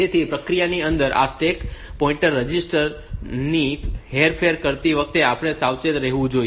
તેથી પ્રક્રિયાની અંદર આ સ્ટેક પોઇન્ટર રજીસ્ટર ની હેરફેર કરતી વખતે આપણે સાવચેત રહેવું જોઈએ